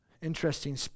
Interesting